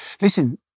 listen